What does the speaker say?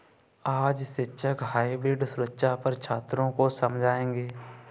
आज शिक्षक हाइब्रिड सुरक्षा पर छात्रों को समझाएँगे